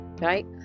right